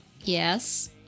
Yes